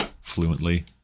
fluently